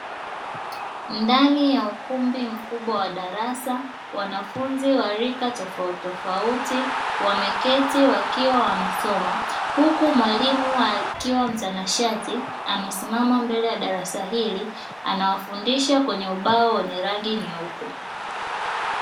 Ndani ya ukumbi mkubwa wa darasa wanafunzi wa rika tofauti tofauti wameketi wakiwa wanasoma huku mwalimu akiwa mtanashati amesimama mbele ya darasa hili anawafundisha kwenye ubao wenye rangi nyeupe.